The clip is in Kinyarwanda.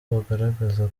bagaragaza